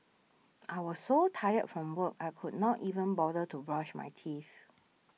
I was so tired from work I could not even bother to brush my teeth